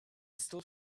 still